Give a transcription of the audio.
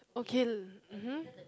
okay mmhmm